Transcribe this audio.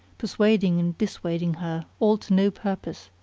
persuading and dissuading her, all to no purpose,